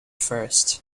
first